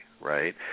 right